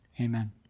Amen